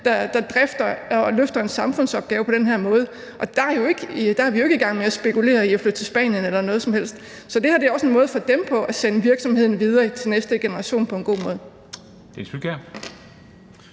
der drifter og løfter en samfundsopgave på den her måde, og der er vi jo ikke i gang med at spekulere i at flytte noget til Spanien eller noget som helst. Så for dem er det her også en måde at sende virksomheden videre til næste generation på på en god måde.